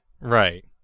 Right